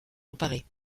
emparer